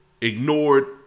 ignored